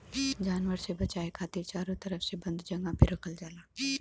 जानवर से बचाये खातिर चारो तरफ से बंद जगह पे रखल जाला